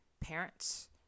parents